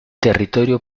territorio